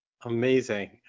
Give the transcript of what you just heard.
Amazing